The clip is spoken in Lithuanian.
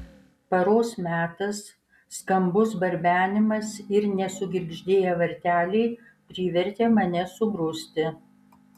paros metas skambus barbenimas ir nesugirgždėję varteliai privertė mane subruzti